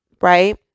right